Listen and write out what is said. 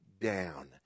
down